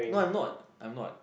no I'm not I'm not